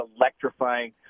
electrifying